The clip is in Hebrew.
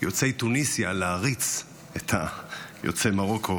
ליוצאי תוניסיה להעריץ את יוצאי מרוקו,